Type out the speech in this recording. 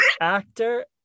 actor